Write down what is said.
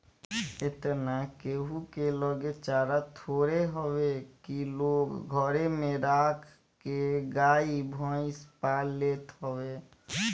एतना केहू के लगे चारा थोड़े हवे की लोग घरे में राख के गाई भईस पाल लेत हवे